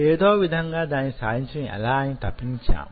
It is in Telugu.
ఏదో వొక విధంగా దాన్ని సాధించడం ఎలా అని తపించాం